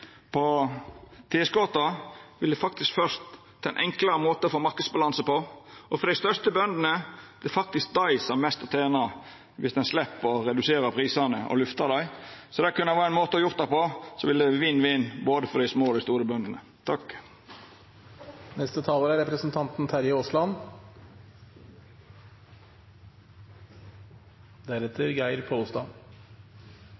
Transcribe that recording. på tilskota ville ført til ein enklare måte å få marknadsbalanse på. Det er faktisk dei største bøndene som har mest å tena viss ein slepp å redusera prisane – og lyftar dei – så det kunne vore ein måte å gjera det på, som ville vore vinn-vinn for både dei små og dei store bøndene. Dette har vært en forutsigbar debatt, og spesielt Høyre har skrytt av avtalen. Det er